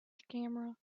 camera